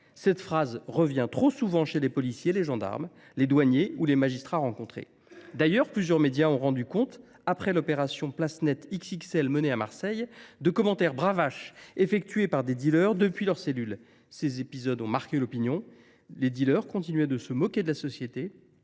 Cette phrase revient souvent chez les policiers, les gendarmes, les douaniers ou les magistrats rencontrés. D’ailleurs, plusieurs médias ont rendu compte, après l’opération « place nette XXL » menée à Marseille, de commentaires bravaches de dealers depuis leur cellule. Ces épisodes ont marqué l’opinion : les dealers continuaient de se moquer de la société